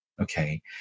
okay